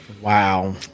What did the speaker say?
Wow